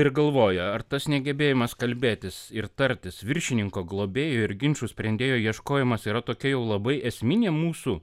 ir galvoja ar tas negebėjimas kalbėtis ir tartis viršininko globėjo ir ginčų sprendėjo ieškojimas yra tokia jau labai esminė mūsų